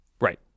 Right